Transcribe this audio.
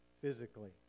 physically